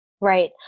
Right